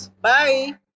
Bye